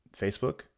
Facebook